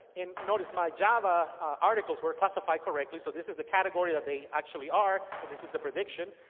and notice my java articles were classified correctly, so this is the category that they actually are, and this is the prediction.